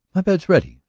my bed's ready,